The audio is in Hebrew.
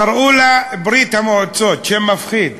קראו לה "ברית המועצות", שם מפחיד,